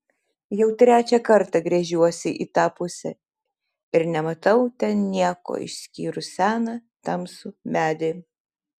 jau trečią kartą gręžiuosi į tą pusę ir nematau ten nieko išskyrus seną tamsų medį